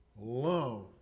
Love